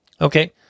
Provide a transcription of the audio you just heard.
okay